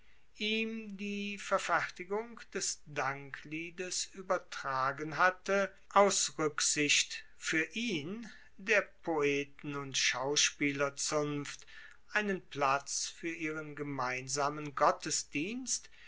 ihm die verfertigung des dankliedes uebertragen hatte aus ruecksicht fuer ihn der poeten und schauspielerzunft einen platz fuer ihren gemeinsamen